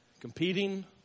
Competing